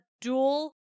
dual